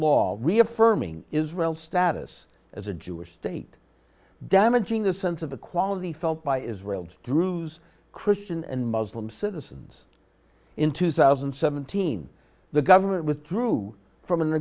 law reaffirming israel's status as a jewish state damaging the sense of equality felt by israel through christian and muslim citizens in two thousand and seventeen the government withdrew from an